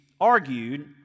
argued